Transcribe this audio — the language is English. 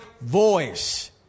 voice